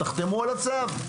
תחתמו על הצו,